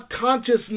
consciousness